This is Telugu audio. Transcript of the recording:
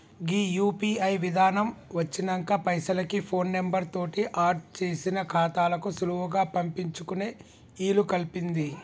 గీ యూ.పీ.ఐ విధానం వచ్చినంక పైసలకి ఫోన్ నెంబర్ తోటి ఆడ్ చేసిన ఖాతాలకు సులువుగా పంపించుకునే ఇలుకల్పింది